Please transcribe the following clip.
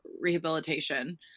rehabilitation